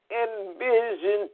envision